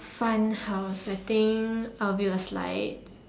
fun house I think I'll build a slide